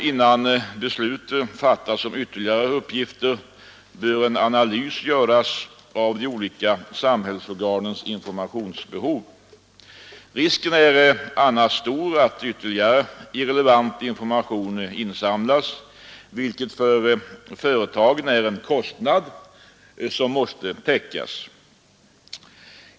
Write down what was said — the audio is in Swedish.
Innan beslut fattas om nya uppgifter bör en analys göras av de olika samhällsorganens informationsbehov. Risken är annars stor att ytterligare irrelevant information insamlas, vilket för företagen innebär en kostnad som måste täckas.